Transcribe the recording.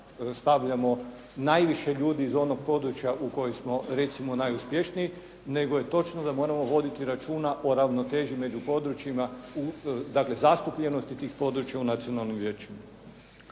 stavljamo najviše ljudi iz onog područja u kojem smo recimo najuspješniji nego je točno da moramo voditi računa o ravnoteži među područjima dakle zastupljenosti tih područja u nacionalnim vijećima.